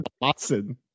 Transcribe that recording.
Watson